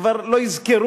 כבר לא יזכרו,